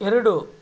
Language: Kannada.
ಎರಡು